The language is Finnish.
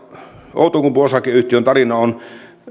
outokumpu oyn tarina on